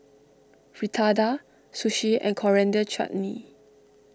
Fritada Sushi and Coriander Chutney